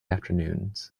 afternoons